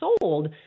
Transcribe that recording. sold